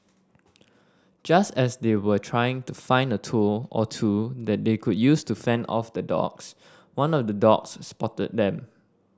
just as they were trying to find a tool or two that they could use to fend off the dogs one of the dogs spotted them